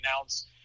announce